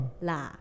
la